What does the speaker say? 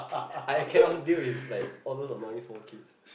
I can not deal with like all those of noisy small kid